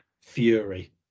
fury